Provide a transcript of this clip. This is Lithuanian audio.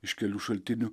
iš kelių šaltinių